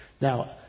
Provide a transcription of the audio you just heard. Now